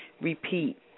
repeat